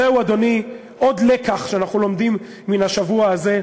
זהו, אדוני, עוד לקח שאנחנו לומדים מן השבוע הזה: